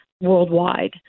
worldwide